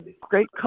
great